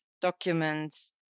documents